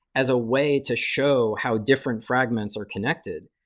as a way to show how different fragments are connected.